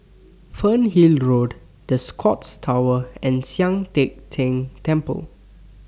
Fernhill Road The Scotts Tower and Sian Teck Tng Temple